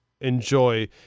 enjoy